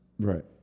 Right